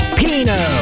pino